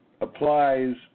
applies